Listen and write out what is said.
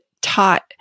taught